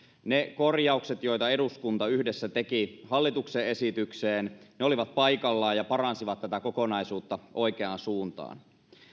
ne korjaukset joita eduskunta yhdessä teki hallituksen esitykseen olivat paikallaan ja paransivat tätä kokonaisuutta oikeaan suuntaan